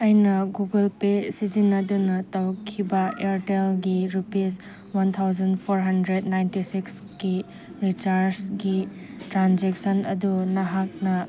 ꯑꯩꯅ Google pay ꯁꯤꯖꯤꯟꯅꯗꯨꯅ ꯇꯧꯈꯤꯕ ꯏꯌꯥꯔꯇꯦꯜꯒꯤ rupees one thousand four hundred ninety ꯁꯤꯛꯁꯀꯤ ꯔꯤꯆꯥꯔꯖꯒꯤ ꯇ꯭ꯔꯥꯟꯖꯦꯛꯁꯟ ꯑꯗꯨ ꯅꯍꯥꯛꯅ